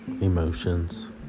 emotions